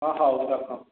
ହଁ ହଉ ରଖ